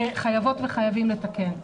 חייבות וחייבים לתקן.